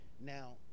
Now